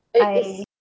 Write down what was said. I